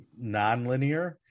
nonlinear